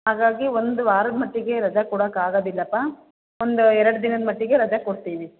ಹಾಗಾಗಿ ಒಂದು ವಾರದ ಮಟ್ಟಿಗೆ ರಜಾ ಕೊಡಕ್ಕಾಗೋದಿಲ್ಲಪ್ಪ ಒಂದು ಎರಡು ದಿನದ ಮಟ್ಟಿಗೆ ರಜೆ ಕೊಡ್ತೀವಿ